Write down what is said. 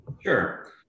Sure